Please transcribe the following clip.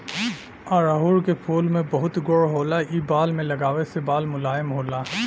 अढ़ऊल के फूल में बहुत गुण होला इ बाल में लगावे से बाल मुलायम होला